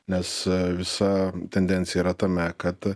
nes visa tendencija yra tame kad